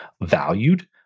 valued